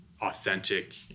authentic